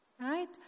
Right